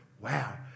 Wow